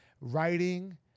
writing